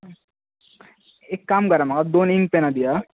एक काम करां म्हाका दोन इंक पेनां दियात